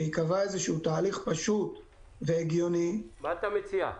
וייקבע תהליך פשוט והגיוני -- מה אתה מציע?